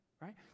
Right